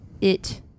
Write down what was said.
it-